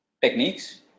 techniques